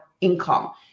income